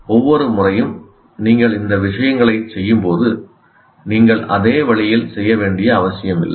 ஒவ்வொரு முறையும் நீங்கள் இந்த விஷயங்களைச் செய்யும்போது நீங்கள் அதே வழியில் செய்ய வேண்டிய அவசியமில்லை